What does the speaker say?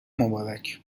مبارک